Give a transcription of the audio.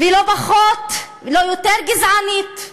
והיא לא פחות ולא יותר גזענית.